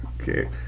Okay